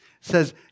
says